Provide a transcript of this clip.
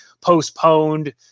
postponed